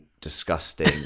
disgusting